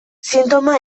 sintoma